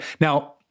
Now